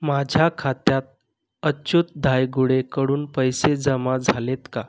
माझ्या खात्यात अच्युत धायगुडेकडून पैसे जमा झालेत का